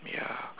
ya